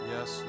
Yes